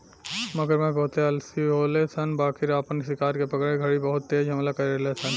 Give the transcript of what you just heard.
मगरमच्छ बहुते आलसी होले सन बाकिर आपन शिकार के पकड़े घड़ी बहुत तेज हमला करेले सन